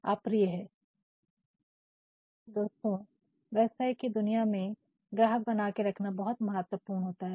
Refer Slide Time 4124 मेरे प्यारे दोस्तों व्यवसाय की दुनिया में ग्राहक बना के रखना बहुत महत्वपूर्ण है